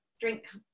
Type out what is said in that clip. drink